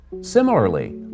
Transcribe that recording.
Similarly